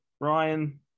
Ryan